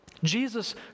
Jesus